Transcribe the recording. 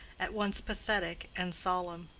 at once pathetic and solemn.